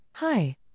Hi